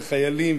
וחיילים,